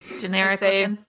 Generic